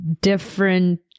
different